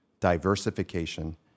diversification